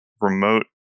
remote